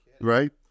right